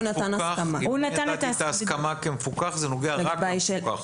אם אני נתתי את ההסכמה כמפוקח זה נוגע רק למפוקח.